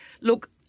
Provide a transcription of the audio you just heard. Look